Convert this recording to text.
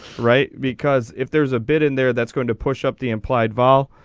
right because if there's a bit in there that's going to push up the implied vol.